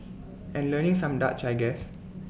and learning some Dutch I guess